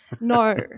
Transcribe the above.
No